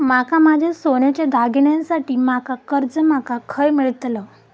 माका माझ्या सोन्याच्या दागिन्यांसाठी माका कर्जा माका खय मेळतल?